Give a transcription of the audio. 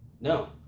No